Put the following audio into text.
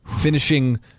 finishing